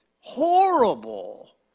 horrible